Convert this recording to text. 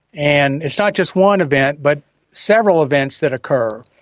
and it's not just one event but several events that occur.